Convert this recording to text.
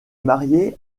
marié